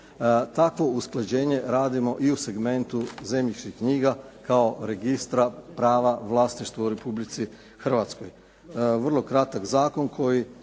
takvo usklađenje radimo i u segmentu zemljišnih knjiga kao registra prava vlasništva u Republici Hrvatskoj. Vrlo kratak zakon koji